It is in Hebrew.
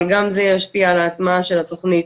אבל גם זה ישפיע על ההטמעה של התוכנית.